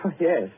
Yes